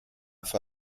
für